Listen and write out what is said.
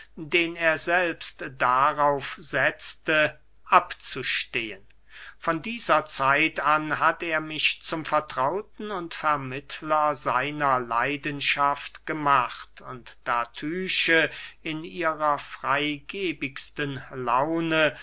den er selbst darauf setzte abzustehen von dieser zeit an hat er mich zum vertrauten und vermittler seiner leidenschaft gemacht und da tyche in ihrer freygebigsten laune